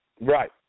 Right